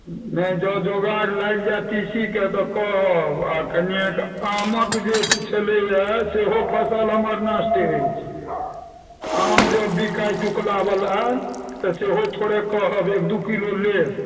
नहि जँ जोगाड़ लागि जाए तीसीके तऽ कहब आ कनिए आमक जे छलैए सेहो फसल हमर नष्ट अछि आम जँ बिकाए टिकुलावला तऽ सेहो थोड़े कहब एक दू किलो लेब